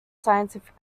scientific